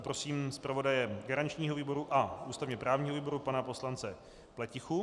Prosím zpravodaje garančního výboru a ústavněprávního výboru pana poslance Pletichu.